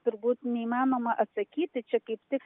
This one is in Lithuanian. turbūt neįmanoma atsakyti čia kaip tik